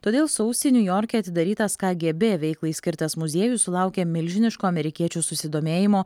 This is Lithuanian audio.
todėl sausį niujorke atidarytas kgb veiklai skirtas muziejus sulaukė milžiniško amerikiečių susidomėjimo